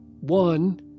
One